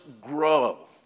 grow